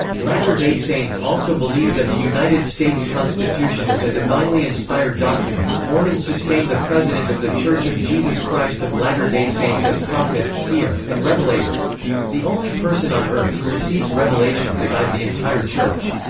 latter day saints also believe that the united states constitution is a divinely inspired document mormons sustain the president of the church of jesus christ of latter day saints as prophet, seer, and revelator the only person on earth who receives revelation to guide the entire church.